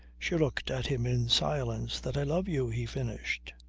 she looked at him in silence. that i love you, he finished.